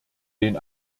den